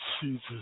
Jesus